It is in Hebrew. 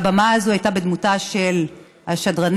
והבמה הזו הייתה בדמותה של השדרנית